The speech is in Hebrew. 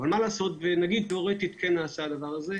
הבנו.